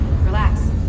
Relax